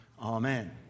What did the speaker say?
Amen